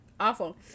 awful